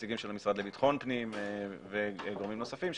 נציגים של המשרד לביטחון פנים וגורמים נוספים.